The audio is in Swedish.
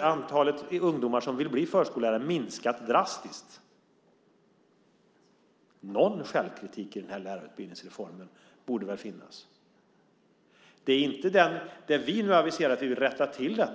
antalet ungdomar som vill bli förskollärare sedan 2001 års lärarutbildningsreform minskat drastiskt. Någon självkritik när det gäller denna lärarutbildningsreform borde det väl finnas? Vi har nu aviserat att vi vill rätta till detta.